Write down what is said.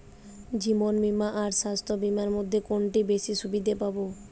জীবন বীমা আর স্বাস্থ্য বীমার মধ্যে কোনটিতে বেশী সুবিধে পাব?